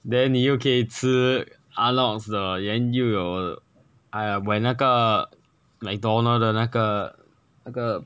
then 你又可以吃 arnold's 的 then 又有 !aiya! when 那个 mcdonald 的那个那个